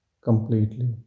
completely